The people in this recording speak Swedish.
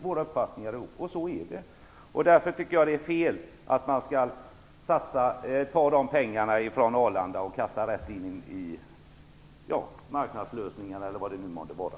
Därför tycker jag att det är fel att man skall ta pengarna från Arlanda och kasta rätt in i marknadslösningar eller vad det nu månde vara.